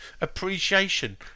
appreciation